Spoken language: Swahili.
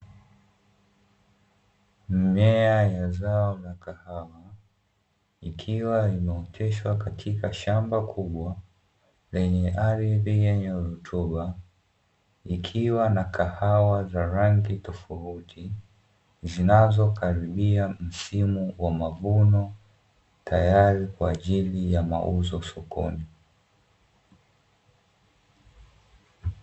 Mimea ya zao la kahawa, ikiwa imeoteshwa katika shamba kubwa lenye ardhi yenye rutuba, ikiwa na kahawa za rangi tofauti, zinazokaribia msimu wa mavuno tayari kwa ajili ya mauzo sokoni.